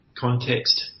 context